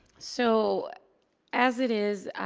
so as it is,